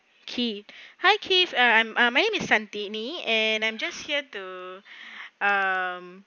keith hi keith ah I'm my name is santini and I'm just here to um